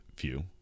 view